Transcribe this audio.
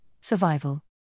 survival